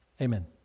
Amen